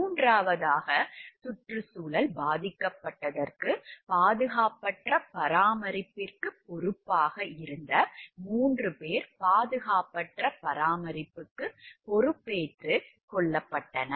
மூன்றாவதாக சுற்றுச்சூழல் பாதிக்கப்பட்டதற்கு பாதுகாப்பற்ற பராமரிப்பிற்கு பொறுப்பாக இருந்த 3 பேர் பாதுகாப்பற்ற பராமரிப்புக்கு பொறுப்பேற்றுக் கொள்ளப்பட்டனர்